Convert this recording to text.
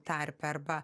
tarpe arba